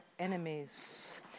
enemies